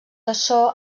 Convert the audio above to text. açò